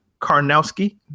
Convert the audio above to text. Karnowski